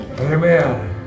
Amen